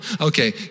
Okay